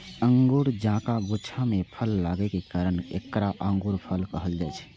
अंगूर जकां गुच्छा मे फल लागै के कारण एकरा अंगूरफल कहल जाइ छै